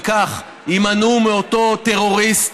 וכך יימנעו מאותו טרוריסט,